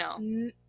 No